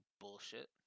bullshit